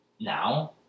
now